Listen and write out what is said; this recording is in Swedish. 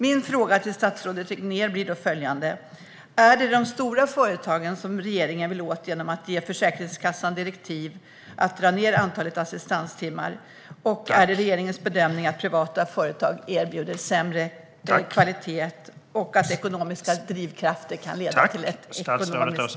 Mina frågor till statsrådet Regnér blir då följande: Är det de stora företagen som regeringen vill komma åt genom att ge Försäkringskassan direktiv att dra ned antalet assistanstimmar? Och är det regeringens bedömning att privata företag erbjuder sämre kvalitet och att ekonomiska drivkrafter kan leda till ett ekonomiskt överutnyttjande?